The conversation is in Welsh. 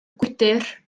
gwydr